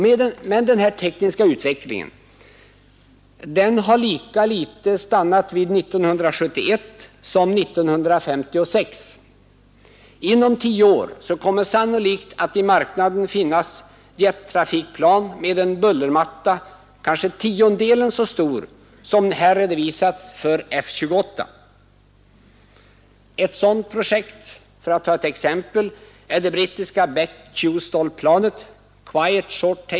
Men den tekniska utvecklingen har lika litet stannat vid 1971 som vid 1956. Inom tio år kommer sannolikt att i marknaden finnas jettrafikplan med en bullermatta som är kanske tiondelen så stor som den som här redovisats för Fokker F-28. Ett sådant projekt är, för att ta ett exempel, det brittiska BAC QSTOL-planet .